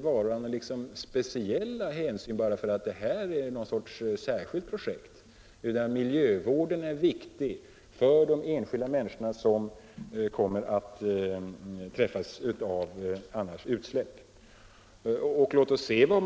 tas några speciella hänsyn därför att det här är något särskilt projekt utan att miljövården är viktig för de enskilda människor som kan komma att träffas av utsläpp om åtgärder inte vidtas.